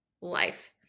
life